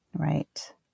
Right